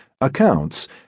accounts